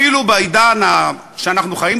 אפילו בעידן שבו אנחנו חיים,